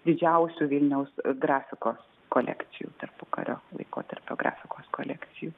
didžiausių vilniaus grafikos kolekcijų tarpukario laikotarpio grafikos kolekcijų